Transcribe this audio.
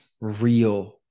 real